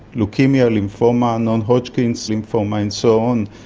leukaemia, lymphoma, non-hodgkin's lymphoma and so on,